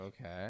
Okay